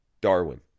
Darwin